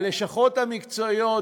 הלשכות המקצועיות,